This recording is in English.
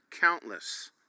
countless